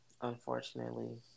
unfortunately